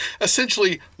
essentially